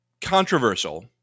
Controversial